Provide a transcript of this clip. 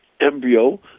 embryo